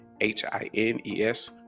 H-I-N-E-S